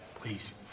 Please